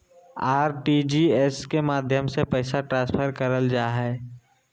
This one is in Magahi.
आर.टी.जी.एस के माध्यम से पैसा ट्रांसफर करल जा हय